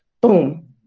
boom